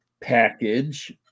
package